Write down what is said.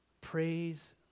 Praise